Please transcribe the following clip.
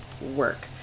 work